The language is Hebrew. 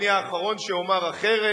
אני האחרון שאומר אחרת,